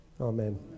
Amen